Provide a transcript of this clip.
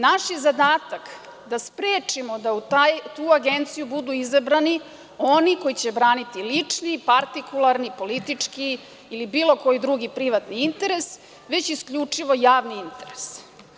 Naš je zadatak da sprečimo da u tu agenciju budu izabrani oni koji će braniti lični, partikularni, politički ili bilo koji drugi privatni interes, već isključivo javni interes.